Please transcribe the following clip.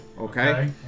Okay